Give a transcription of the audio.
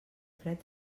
fred